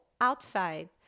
outside